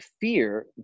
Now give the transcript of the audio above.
fear